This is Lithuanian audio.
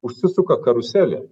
užsisuka karuselė